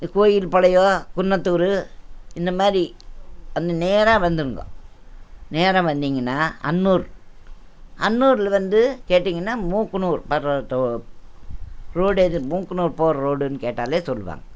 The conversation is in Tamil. கோவில் படையூர் குன்னத்தூர் இந்த மாதிரி வந்து நேராக வந்துடுங்கோ நேராக வந்தீங்கன்னா அன்னூர் அன்னூரில் வந்து கேட்டீங்கன்னா மூக்குனூர் வர ரோடு எது மூக்குனூர் போகிற ரோடுன்னு கேட்டால் சொல்லுவாங்க